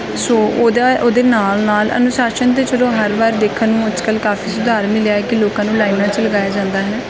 ਸੋ ਉਹਦਾ ਉਹਦੇ ਨਾਲ ਨਾਲ ਅਨੁਸ਼ਾਸਨ 'ਤੇ ਚਲੋ ਹਰ ਵਾਰ ਦੇਖਣ ਨੂੰ ਅੱਜ ਕੱਲ੍ਹ ਕਾਫੀ ਸੁਧਾਰ ਮਿਲਿਆ ਕਿ ਲੋਕਾਂ ਨੂੰ ਲਾਈਨਾਂ 'ਚ ਲਗਾਇਆ ਜਾਂਦਾ ਹੈ